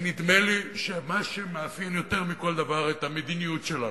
ונדמה לי שמה שמאפיין יותר מכל דבר את המדיניות שלנו,